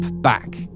back